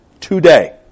today